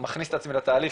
מכניס את עצמי לתהליך,